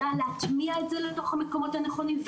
יודע להטמיע את זה לתוך המקומות הנכונים,